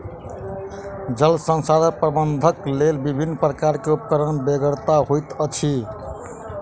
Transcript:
जल संसाधन प्रबंधनक लेल विभिन्न प्रकारक उपकरणक बेगरता होइत अछि